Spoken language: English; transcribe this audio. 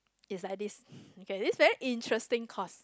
is like this okay this very interesting course